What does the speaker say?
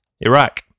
Iraq